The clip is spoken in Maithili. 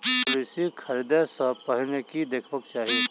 पॉलिसी खरीदै सँ पहिने की देखबाक चाहि?